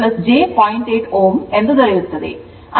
8 Ω ಎಂದು ದೊರೆಯುತ್ತದೆ